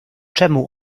czemu